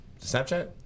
Snapchat